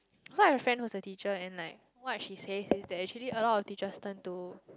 so I have a friend who is a teacher and like what she says is that actually a lot of teachers turn to